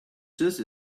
just